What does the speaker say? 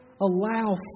allow